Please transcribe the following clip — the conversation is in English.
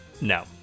no